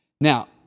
Now